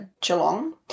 Geelong